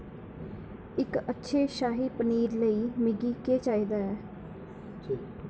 इक अच्छे शाही पनीर लेई मिगी केह् चाहिदा ऐ